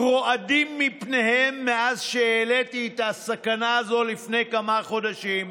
רועדים מפניהן מאז שהעליתי את הסכנה הזו לפני כמה חודשים.